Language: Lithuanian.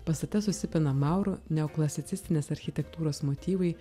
pastate susipina maurų neoklasicistinės architektūros motyvai